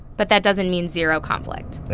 but that doesn't mean zero conflict